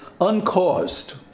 uncaused